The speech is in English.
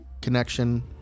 connection